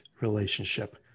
relationship